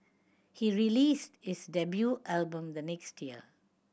he released his debut album the next year